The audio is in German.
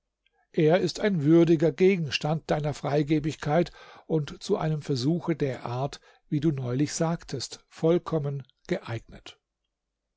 er ist ein würdiger gegenstand deiner freigebigkeit und zu einem versuche der art wie du neulich sagtest vollkommen geeignet